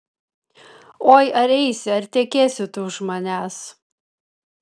oi ar eisi ar tekėsi tu už manęs